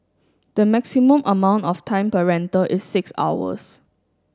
the maximum amount of time per rental is six hours